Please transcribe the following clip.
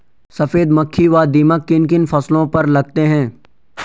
सफेद मक्खी व दीमक किन किन फसलों पर लगते हैं?